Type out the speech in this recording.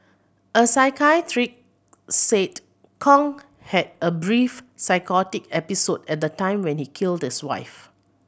a said Kong had a brief psychotic episode at the time when he killed his wife